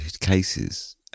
cases